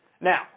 Now